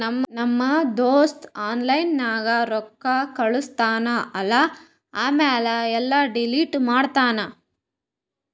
ನಮ್ ದೋಸ್ತ ಆನ್ಲೈನ್ ನಾಗ್ ರೊಕ್ಕಾ ಕಳುಸ್ತಾನ್ ಅಲ್ಲಾ ಆಮ್ಯಾಲ ಎಲ್ಲಾ ಡಿಲೀಟ್ ಮಾಡ್ತಾನ್